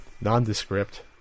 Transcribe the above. nondescript